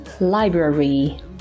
Library